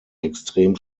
extrem